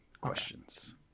questions